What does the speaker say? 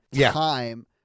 time